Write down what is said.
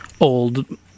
old